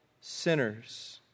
sinners